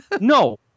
No